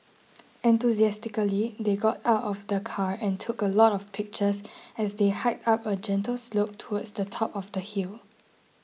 enthusiastically they got out of the car and took a lot of pictures as they hiked up a gentle slope towards the top of the hill